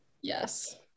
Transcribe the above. Yes